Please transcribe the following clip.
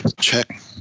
check